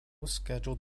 scheduled